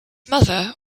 mother